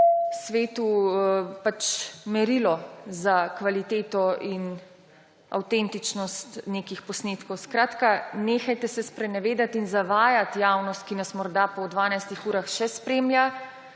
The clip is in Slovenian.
svetu pač merilo za kvaliteto in avtentičnost nekih posnetkov. Skratka, nehajte se sprenevedati in zavajati javnost, ki nas morda po 12 urah še spremlja,